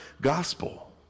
gospel